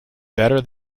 better